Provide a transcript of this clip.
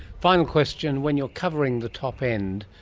final question, when you're covering the top end,